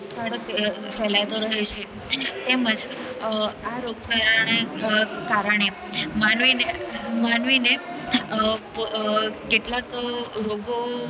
ફેલાતો રહે છે તેમજ આ રોગ થવાને કારણે માનવીને માનવીને કેટલાક રોગો